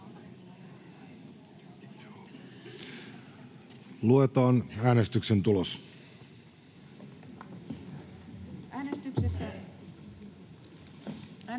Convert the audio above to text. Luetaan äänestyksen tulos.